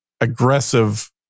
aggressive